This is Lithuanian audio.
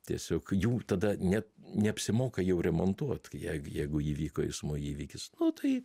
tiesiog jų tada net neapsimoka jau remontuot jei jeigu įvyko eismo įvykis nu tai